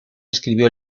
escribió